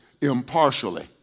impartially